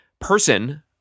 person